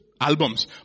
albums